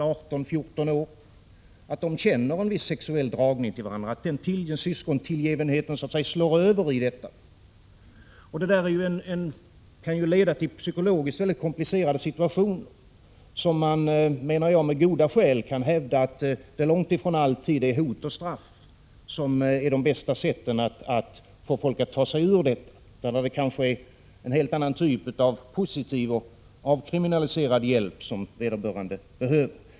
syskon mellan 14 och 18 år — känner en sexuell dragning till varandra, att syskontillgivenheten så att säga slår över i detta. Det kan leda till psykologiskt väldigt komplicerade situationer, och man kan med goda skäl hävda att det långt ifrån alltid är hot och straff som är de bästa sätten att få folk att ta sig ur sådana förhållanden. Det kanske är en helt annan typ av positiv och avkriminaliserad hjälp som vederbörande behöver.